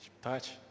Touch